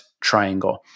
triangle